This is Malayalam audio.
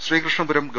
ശ്രീകൃഷ്ണ പുരം ഗവ